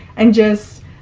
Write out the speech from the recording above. and just,